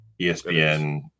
espn